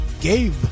Gabe